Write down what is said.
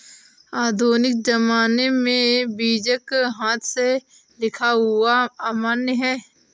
आधुनिक ज़माने में बीजक हाथ से लिखा हुआ अमान्य है